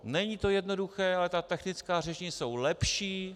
Není to jednoduché, ale ta taktická řešení jsou lepší.